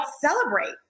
celebrate